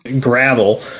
gravel